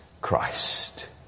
Christ